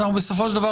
בסופו של דבר,